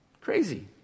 crazy